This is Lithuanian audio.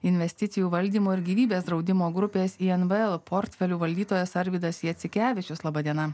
investicijų valdymo ir gyvybės draudimo grupės invl portfelių valdytojas arvydas jacikevičius laba diena